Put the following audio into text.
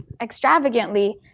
extravagantly